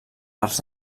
arts